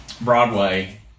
Broadway